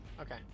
Okay